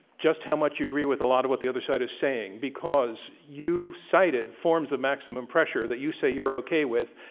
just how much you agree with a lot of what the other side is saying, because you cited forms of maximum pressure that you say you're okay with,